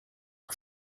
que